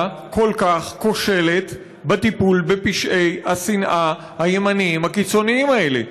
כל כך כושלת בטיפול בפשעי השנאה הימניים הקיצוניים האלה.